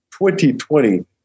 2020